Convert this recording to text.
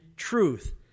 truth